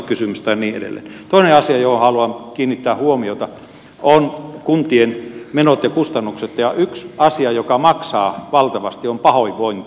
toinen asia johon haluan kiinnittää huomiota on kuntien menot ja kustannukset ja yksi asia joka maksaa valtavasti on pahoinvointi